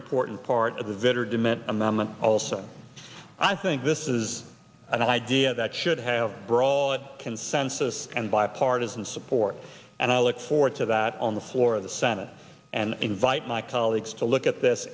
important part of the vitter dement amendment also i think this is an idea that should have we're all in consensus and bipartisan support and i look forward to that on the floor of the senate and invite my colleagues to look at this